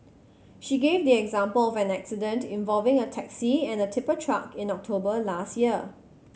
she gave the example of an accident involving a taxi and a tipper truck in October last year